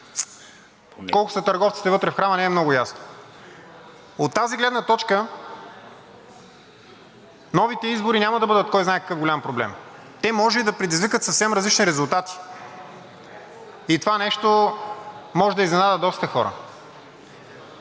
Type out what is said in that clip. колко са търговците вътре в храма, не е много ясно. От тази гледна точка новите избори няма да бъдат кой знае какъв голям проблем, те може и да предизвикат съвсем различни резултати и това нещо може да изненада доста хора.